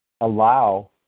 allow